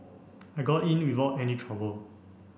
I got in without any trouble